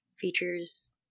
features